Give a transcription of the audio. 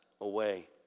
away